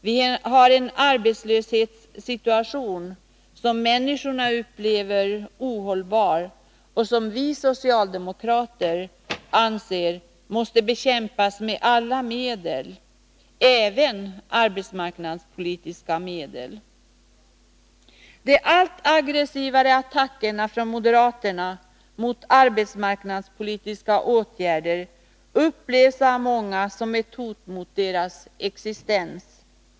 Vi har en arbetslöshetssituation som många människor upplever som ohållbar och som vi socialdemokrater anser måste bekämpas med alla medel, även arbetsmarknadspolitiska. De allt aggressivare attackerna från moderaterna mot arbetsmarknadspolitiska åtgärder upplevs av många som ett hot mot deras existens.